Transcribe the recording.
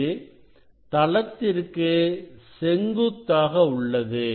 இது தளத்திற்கு செங்குத்தாக உள்ளது